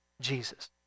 Jesus